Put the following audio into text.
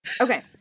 Okay